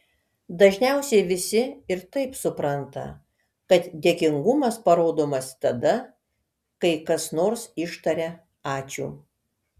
dažniausiai visi ir taip supranta kad dėkingumas parodomas tada kai kas nors ištaria ačiū